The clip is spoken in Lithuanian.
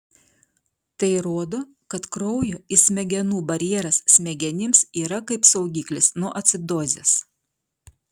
tai rodo kad kraujo ir smegenų barjeras smegenims yra kaip saugiklis nuo acidozės